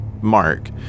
Mark